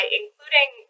including